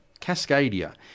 Cascadia